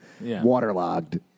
waterlogged